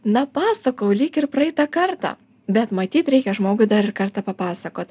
na pasakojau lyg ir praeitą kartą bet matyt reikia žmogui dar kartą papasakot